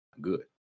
good